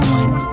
one